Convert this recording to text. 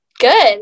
good